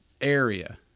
area